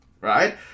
Right